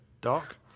Doc